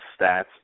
stats